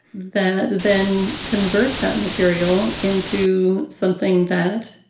that then convert that material into something that,